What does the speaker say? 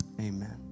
amen